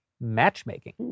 matchmaking